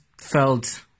felt